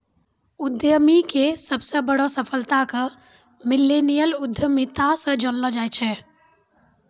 उद्यमीके सबसे बड़ो सफलता के मिल्लेनियल उद्यमिता से जानलो जाय छै